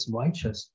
righteous